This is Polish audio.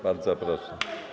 Bardzo proszę.